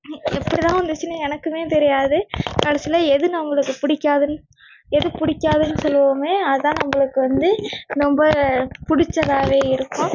எப்படி தான் வந்துச்சுன்னு எனக்குமே தெரியாது கடைசியில் எது நம்மளுக்கு பிடிக்காதுன்னு எது பிடிக்காதுன்னு சொல்லுவோமோ அதுதான் நம்மளுக்கு வந்து ரொம்ப பிடிச்சதாவே இருக்கும்